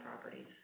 properties